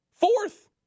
Fourth